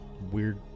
weird